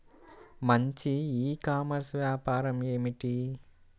మంచి e commerce వ్యాపారం ఏమిటీ?